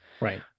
right